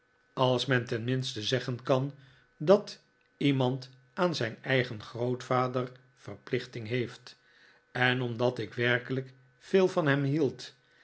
als men tenminste zeggen kan f dat iemand aan zijn eigen grootvader verplichting heeft en omdat ik werkelijk veel van hem hield